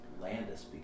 Landis